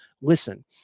listen